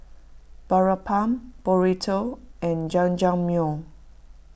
Boribap Burrito and Jajangmyeon